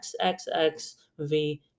XXXV